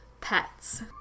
pets